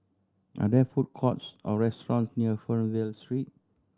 are there food courts or restaurants near Fernvale Street